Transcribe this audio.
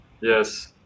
yes